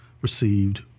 received